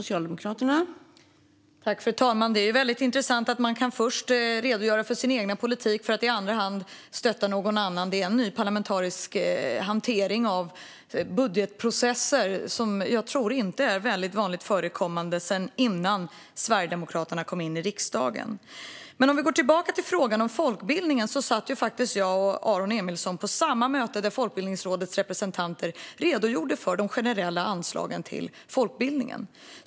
Fru talman! Det är intressant att man först kan redogöra för sin egen politik och i andra hand stötta någon annans. Det är en ny parlamentarisk hantering av budgetprocesser som jag inte tror var vanligt förekommande innan Sverigedemokraterna kom in i riksdagen. Vi går tillbaka till frågan om folkbildningen. Jag och Aron Emilsson satt faktiskt på samma möte där Folkbildningsrådets representanter redogjorde för de generella anslagen till folkbildningen.